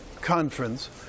conference